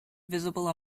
visible